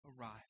arrive